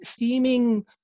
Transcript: theming